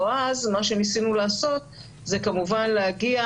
או אז מה שניסינו לעשות זה כמובן להגיע